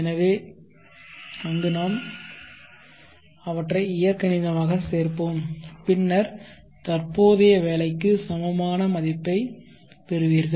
எனவே அங்கு நாம் அவற்றை இயற்கணிதமாகச் சேர்ப்போம் பின்னர் தற்போதைய வேலைக்கு சமமான மதிப்பைப் பெறுவீர்கள்